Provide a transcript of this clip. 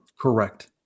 Correct